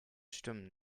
stimmen